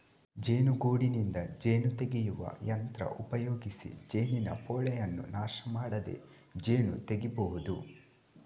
ಜೇನುಗೂಡಿನಿಂದ ಜೇನು ತೆಗೆಯುವ ಯಂತ್ರ ಉಪಯೋಗಿಸಿ ಜೇನಿನ ಪೋಳೆಯನ್ನ ನಾಶ ಮಾಡದೆ ಜೇನು ತೆಗೀಬಹುದು